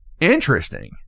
Interesting